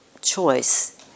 choice